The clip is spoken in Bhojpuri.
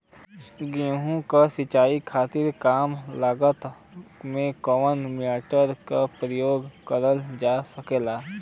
गेहूँ के सिचाई खातीर कम लागत मे कवन मोटर के प्रयोग करल जा सकेला?